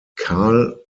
karl